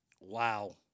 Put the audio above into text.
Wow